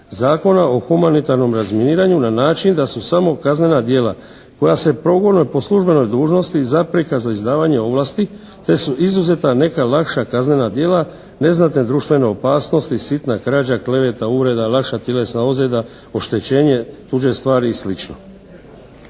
Zakona o humanitarnom razminiranju na način da su samo kaznena djela koja se progone po službenoj dužnosti zapreka za izdavanje ovlasti, te su izuzeta neka lakša kaznena djela neznatne društvene opasnosti sitna krađa, kleveta, uvreda, lakša tjelesna ozljeda, oštećenje tuđe stvari i sl.